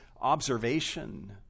observation